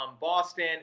Boston